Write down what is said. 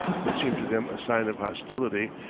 which seemed to them a sign of hostility,